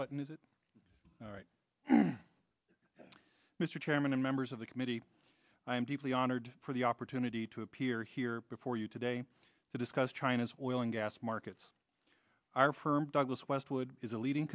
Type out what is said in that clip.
button is it all right mr chairman and members of the committee i'm deeply honored for the opportunity to appear here before you today to discuss china's oil and gas markets our firm douglas westwood is a leading